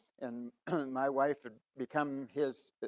and my wife would become his,